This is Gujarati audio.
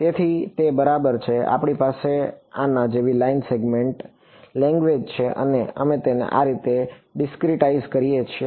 તેથી તે બરાબર છે કે આપણી પાસે આના જેવી લાઇન સેગમેન્ટ લેંગ્વેજ છે અને અમે તેને આ રીતે ડિસ્ક્રિટાઇઝ કરીએ છીએ